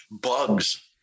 bugs